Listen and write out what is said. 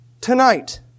tonight